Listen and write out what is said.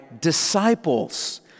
disciples